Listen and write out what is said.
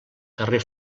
carrer